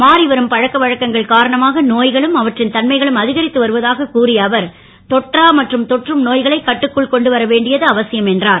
மாறி வரும் பழக்க வழக்கங்கள் காரணமாக நோ களும் அவற்றின் தன்மைகளும் அ கரித்து வருவதாக கூறிய அவர் தொற்றா மற்றும் தொற்றும் நோ களை கட்டுக்குள் கொண்டு வர வேண்டியது அவசியம் என்றார்